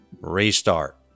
restart